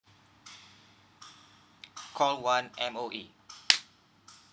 call one M_O_E